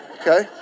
Okay